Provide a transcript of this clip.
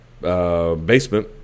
basement